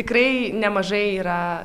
tikrai nemažai yra